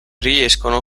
riescono